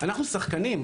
אנחנו שחקנים,